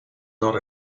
not